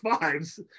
Fives